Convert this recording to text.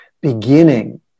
beginning